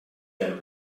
vel